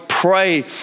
Pray